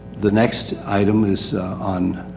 the next item is on,